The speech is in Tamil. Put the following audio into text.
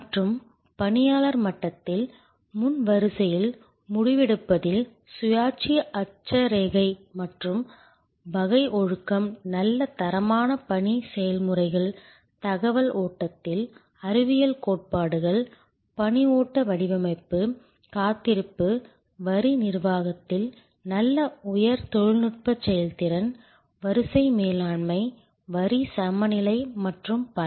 மற்றும் பணியாளர் மட்டத்தில் முன் வரிசையில் முடிவெடுப்பதில் சுயாட்சி அட்சரேகை மற்றும் வகை ஒழுக்கம் நல்ல தரமான பணி செயல்முறைகள் தகவல் ஓட்டத்தில் அறிவியல் கோட்பாடுகள் பணி ஓட்ட வடிவமைப்பு காத்திருப்பு வரி நிர்வாகத்தில் நல்ல உயர் தொழில்நுட்ப செயல்திறன் வரிசை மேலாண்மை வரி சமநிலை மற்றும் பல